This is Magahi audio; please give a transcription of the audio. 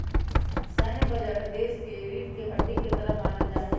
सैन्य बजट देश के रीढ़ के हड्डी के तरह मानल जा हई